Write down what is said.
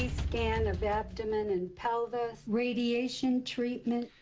scan of the abdomen and pelvis, radiation treatments.